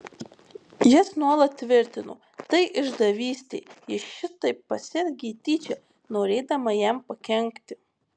jis nuolat tvirtino tai išdavystė ji šitaip pasielgė tyčia norėdama jam pakenkti